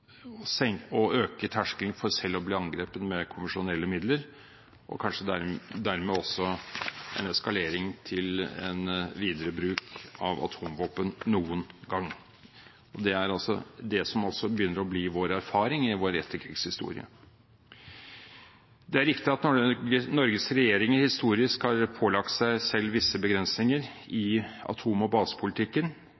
å heve terskelen for selv å bli angrepet med konvensjonelle midler, og kanskje dermed også en eskalering til en videre bruk av atomvåpen noen gang. Det er det som også begynner å bli vår erfaring i etterkrigshistorien. Det er riktig at Norges regjeringer historisk har pålagt seg selv visse begrensninger i